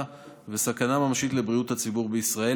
וסכנה ממשית לבריאות הציבור בישראל,